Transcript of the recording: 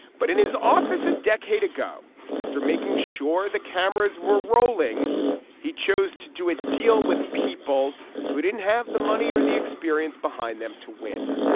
but in his office a decade ago after making sure the cameras were rolling he chose to do a deal with people who didn't have the money or the experience behind them to win.